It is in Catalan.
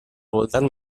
voltant